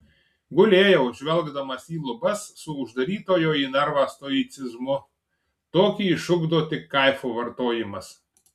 gulėjau žvelgdamas į lubas su uždarytojo į narvą stoicizmu tokį išugdo tik kaifo vartojimas